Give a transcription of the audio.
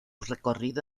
recorrido